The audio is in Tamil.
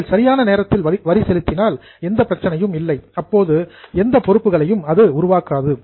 நீங்கள் சரியான நேரத்தில் வரி செலுத்தினால் எந்த பிரச்சனையும் இல்லை அப்போது எந்த பொறுப்புகளையும் அது உருவாக்காது